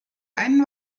einen